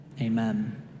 Amen